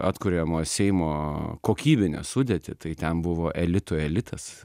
atkuriamojo seimo kokybinę sudėtį tai ten buvo elitų elitas